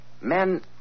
Men